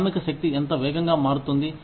శ్రామిక శక్తి ఎంత వేగంగా మారుతుంది